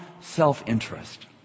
self-interest